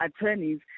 attorneys